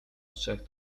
trzech